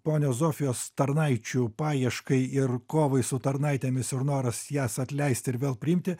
ponios zofijos tarnaičių paieškai ir kovai su tarnaitėmis ir noras jas atleisti ir vėl priimti